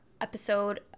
episode